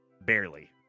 barely